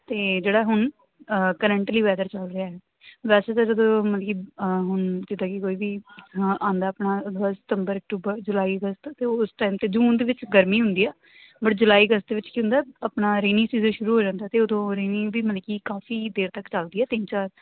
ਅਤੇ ਜਿਹੜਾ ਹੁਣ ਕਰੰਟਲੀ ਵੈਦਰ ਚੱਲ ਰਿਹਾ ਹੈ ਵੈਸੇ ਤਾਂ ਜਦੋਂ ਮਤਲਬ ਕਿ ਆਹ ਹੁਣ ਜਿੱਦਾਂ ਕਿ ਕੋਈ ਵੀ ਅ ਆਉਂਦਾ ਆਪਣਾ ਸਤੰਬਰ ਅਕਟੂਬਰ ਜੁਲਾਈ ਅਗਸਤ ਅਤੇ ਉਸ ਟਾਈਮ 'ਤੇ ਜੂਨ ਦੇ ਵਿੱਚ ਗਰਮੀ ਹੁੰਦੀ ਆ ਬਟ ਜੁਲਾਈ ਅਗਸਤ ਦੇ ਵਿੱਚ ਕੀ ਹੁੰਦਾ ਆਪਣਾ ਰੇਨਿੰਗ ਸੀਜ਼ਨ ਸ਼ੁਰੂ ਹੋ ਜਾਂਦਾ ਅਤੇ ਉਦੋਂ ਰੇਨਿੰਗ ਵੀ ਮਤਲਬ ਕਿ ਕਾਫੀ ਦੇਰ ਤੱਕ ਚੱਲਦੀ ਹੈ ਤਿੰਨ ਚਾਰ